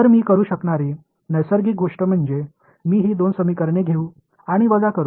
तर मी करू शकणारी नैसर्गिक गोष्ट म्हणजे मी ही दोन समीकरणे घेऊ आणि वजा करू